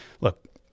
look